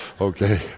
Okay